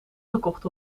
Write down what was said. gekocht